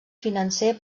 financer